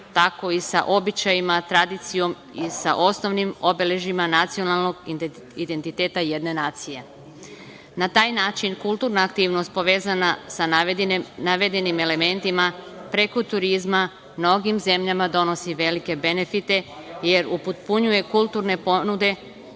tako i sa običajima, tradicijom i sa osnovnim obeležjima nacionalnog identiteta jedne nacije. Na taj način kulturna aktivnost povezana sa navedenim elementima preko turizma mnogim zemljama donosi velike benefite jer upotpunjuje kulturne ponude